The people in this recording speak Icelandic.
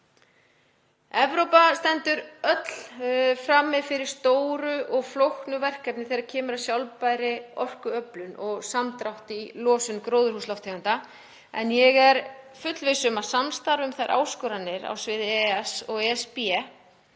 Evrópa stendur öll frammi fyrir stóru og flóknu verkefni þegar kemur að sjálfbærri orkuöflun og samdrætti í losun gróðurhúsalofttegunda en ég er fullviss um að samstarf um þær áskoranir á sviði EES og ESB